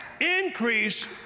increase